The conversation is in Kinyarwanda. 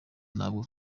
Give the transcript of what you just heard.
ntabwo